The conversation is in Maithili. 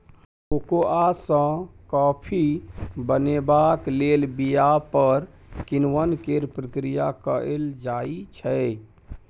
कोकोआ सँ कॉफी बनेबाक लेल बीया पर किण्वन केर प्रक्रिया कएल जाइ छै